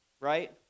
Right